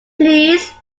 please